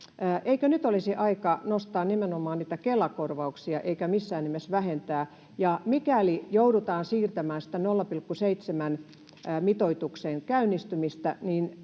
Eikö nyt olisi aika nostaa nimenomaan niitä Kela-korvauksia eikä missään nimessä vähentää? Ja mikäli joudutaan siirtämään sitä 0,7:n mitoituksen käynnistymistä,